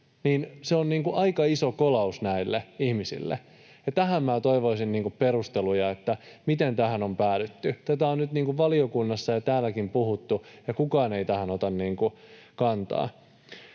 se on aika iso kolaus näille ihmisille. Tähän minä toivoisin perusteluja, että miten tähän on päädytty. Tätä on nyt valiokunnassa ja täälläkin puhuttu, ja kukaan ei tähän ota kantaa.